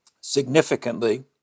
significantly